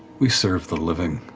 we serve the living.